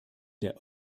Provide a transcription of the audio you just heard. der